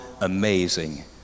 amazing